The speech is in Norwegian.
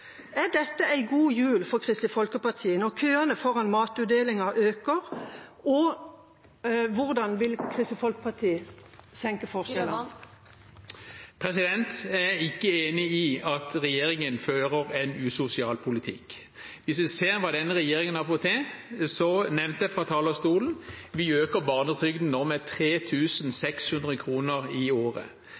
Er dette en god jul for Kristelig Folkeparti, når køene foran matutdelingen øker? Og hvordan vil Kristelig Folkeparti minske forskjellene? Jeg er ikke enig i at regjeringen fører en usosial politikk. Hvis vi ser hva denne regjeringen har fått til, nevnte jeg fra talerstolen at vi nå øker barnetrygden med 3 600 kr i året.